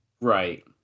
Right